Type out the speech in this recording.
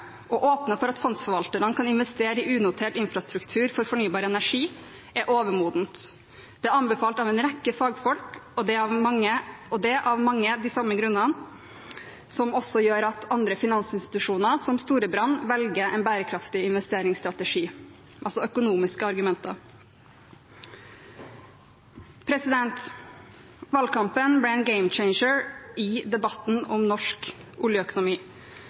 å åpne for at fondsforvalterne kan investere i unotert infrastruktur for fornybar energi, er overmodent. Det er anbefalt av en rekke fagfolk – og det av mange av de samme grunnene som også gjør at andre finansinstitusjoner, som Storebrand, velger en bærekraftig investeringsstrategi, altså økonomiske argumenter. Valgkampen ble en «game changer» i debatten om norsk oljeøkonomi.